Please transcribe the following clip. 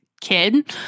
kid